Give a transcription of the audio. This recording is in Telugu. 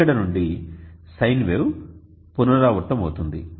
ఇక్కడి నుండి సైన్ వేవ్ పునరావృతమవుతుంది